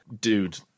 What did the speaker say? dude